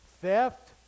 theft